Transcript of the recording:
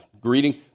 greeting